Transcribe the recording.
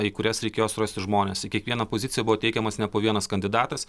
į kurias reikėjo surasti žmones į kiekviena pozicija buvo teikiamas ne po vienas kandidatas